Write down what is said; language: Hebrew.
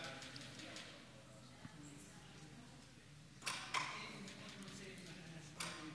חוק שירות המדינה (מינויים) (תיקון מס' 20),